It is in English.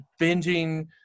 binging